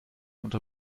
unter